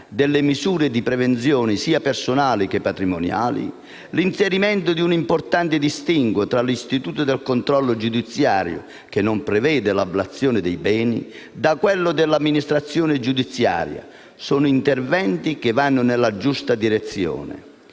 delle misure di prevenzione sia personali che patrimoniali, l'inserimento di un importante distinguo tra l'istituto del controllo giudiziario (che non prevede l'ablazione dei beni) da quello dell'amministrazione giudiziaria sono interventi che vanno nella giusta direzione.